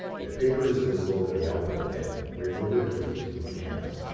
if paper is visible in the output bin, remove it with two hands.